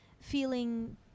feeling